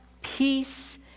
peace